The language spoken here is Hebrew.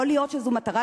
יכול להיות שזו מטרה